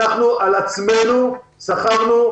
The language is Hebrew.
אנחנו על עצמנו סחבנו,